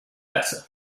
better